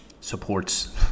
supports